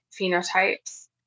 phenotypes